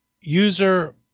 user